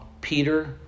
Peter